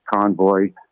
convoy